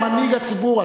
כמנהיג הציבור,